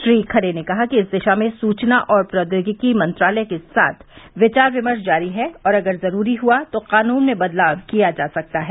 श्री खरे ने कहा कि इस दिशा में सूचना और प्रौद्योगिकी मंत्रालय के साथ विचार विमर्श जारी है और अगर ज़रूरी हुआ तो क़ानून में बदलाव किया जा सकता है